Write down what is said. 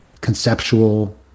conceptual